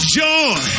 joy